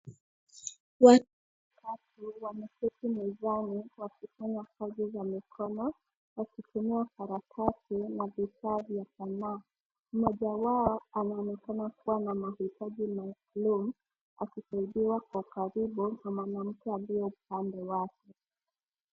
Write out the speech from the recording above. Watu watatu wameketi mezani wakifanya kazi za mikono wakitumia karatasi na vifaa vya sanaa. Mmoja wao anaonekana kuwa na mahitaji maalum akisaidiwa kwa ukaribu na mwanamke aliye upande wake.